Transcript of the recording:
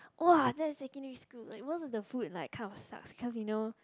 !wah! that's secondary school like most of the food like kind of sucks cause you know